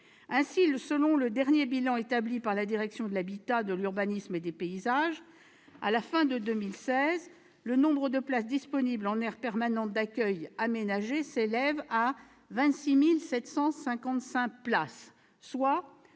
Ainsi, selon le dernier bilan établi par la direction de l'habitat, de l'urbanisme et des paysages, à la fin de l'année 2016, le nombre de places disponibles en aires permanentes d'accueil aménagées s'élevait à 26 755, soit